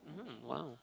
mmhmm !wow!